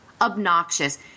obnoxious